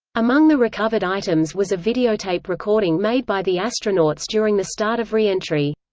among the recovered items was a videotape recording made by the astronauts during the start of re-entry.